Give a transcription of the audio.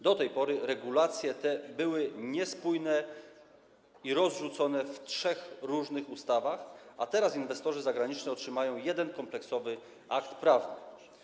Do tej pory regulacje te były niespójne i rozrzucone w trzech różnych ustawach, a teraz inwestorzy zagraniczni otrzymają jeden kompleksowy akt prawny.